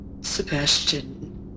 Sebastian